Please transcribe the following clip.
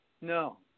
No